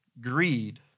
greed